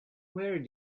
where